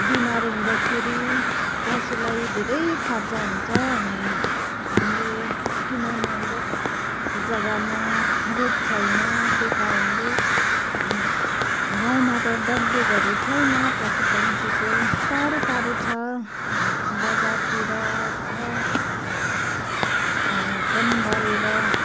बिमार हँदाखेरि पशुलाई धेरै खर्च हुन्छ अनि हाम्रो किनभने हाम्रो जग्गामा रोड छैन त्यही कारणले गाउँमा त डाक्टरहरू छैन पशु पक्षीको टाढो टाढो छ बजारतिर छ फोन गरेर